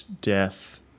death